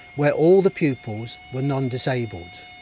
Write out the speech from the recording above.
where all the pupils were non-disabled.